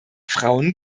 frauen